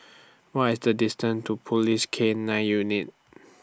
What IS The distance to Police K nine Unit